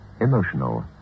emotional